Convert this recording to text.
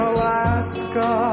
Alaska